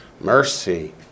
Mercy